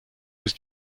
was